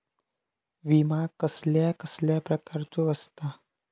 विमा कसल्या कसल्या प्रकारचो असता?